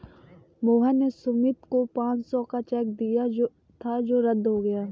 मोहन ने सुमित को पाँच सौ का चेक दिया था जो रद्द हो गया